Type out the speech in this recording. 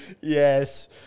yes